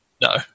No